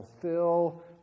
fulfill